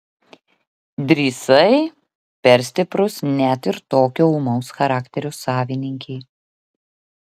drįsai per stiprus net ir tokio ūmaus charakterio savininkei